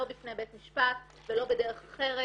לא בפני בית משפט ולא בדרך אחרת,